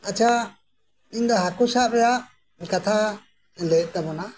ᱟᱪᱪᱷᱟ ᱤᱧ ᱫᱚ ᱦᱟᱹᱠᱩ ᱥᱟᱵ ᱨᱮᱭᱟᱜ ᱠᱟᱛᱷᱟ ᱞᱟᱹᱭᱮᱫ ᱛᱟᱵᱚᱱᱟ